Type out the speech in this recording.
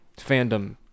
fandom